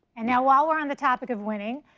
and now on the topic of winning,